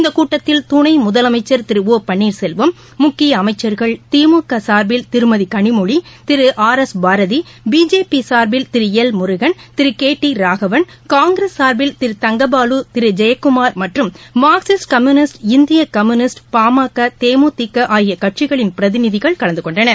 இந்த கூட்டத்தில் துணை முதலமைச்சர் திரு ஒ பன்ளீர்செல்வம் முக்கிய அமைச்சர்கள் திமுக சார்பில் Thirumathi Kanimozhi Thiru R S Bharathi BJP சார்பில் Thiru L Murugan Thiru K T Raghavan Congress சார்பில் திரு தங்கபாலு திரு ஜெயக்குமார் மற்றும் மார்க்சிஸ்ட் கம்யூனிஸ்ட் இந்திய கம்யூனிஸ்ட் பாமக தேமுதிக ஆகிய கட்சிகளின் பிரதிநிதிகள் கலந்துகொண்டனர்